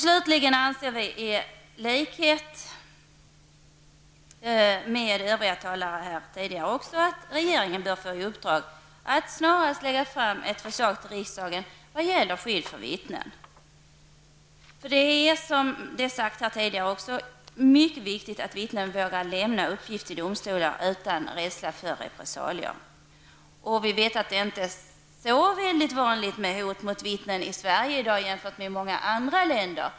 Slutligen: I likhet med vad övriga talare tidigare har sagt här anser också vi att regeringen bör få i uppdrag att snarast lägga fram ett förslag för riksdagen vad gäller skydd för vittnen. Som också tidigare sagts här är det mycket viktigt att vittnen vågar lämna uppgifter i domstolarna. Vittnen skall inte behöva vara rädda för repressalier. Här i Sverige är det dock inte särskilt vanligt med hot mot vittnen -- åtminstone jämfört med förhållandena i många andra länder.